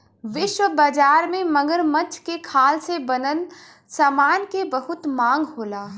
विश्व बाजार में मगरमच्छ के खाल से बनल समान के बहुत मांग होला